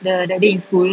the that day in school